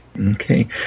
Okay